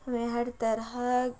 ہمیں ہر طرح